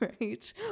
right